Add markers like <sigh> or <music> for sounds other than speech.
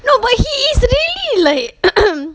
no but he is really like <noise>